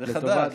זה חדש.